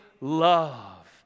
love